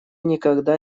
никогда